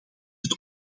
het